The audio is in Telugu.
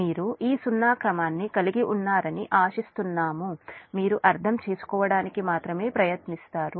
మీరు ఈ సున్నా క్రమాన్ని కలిగి ఉన్నారని ఆశిస్తున్నాము మీరు అర్థం చేసుకోవడానికి మాత్రమే ప్రయత్నిస్తారు